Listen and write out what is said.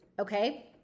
okay